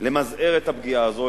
למזער את הפגיעה הזו,